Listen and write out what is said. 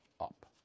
up